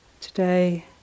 today